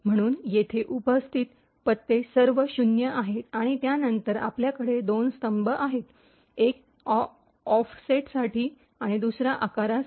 म्हणून येथे उपस्थित पत्ते सर्व शून्य आहेत आणि त्यानंतर आपल्याकडे दोन स्तंभ आहेत एक ऑफसेटसाठी आणि दुसरा आकारासाठी